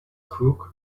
crook